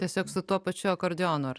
tiesiog su tuo pačiu akordeonu ar